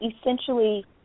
essentially